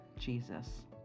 Jesus